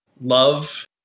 love